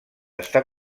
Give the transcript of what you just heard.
està